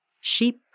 sheep